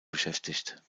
beschäftigt